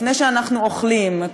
לפני שאנחנו אוכלים,